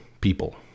people